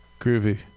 Groovy